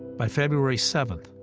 by february seven,